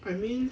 I mean